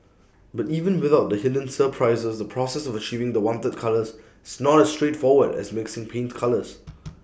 but even without the hidden surprises the process of achieving the wanted colours is not as straightforward as mixing paint colours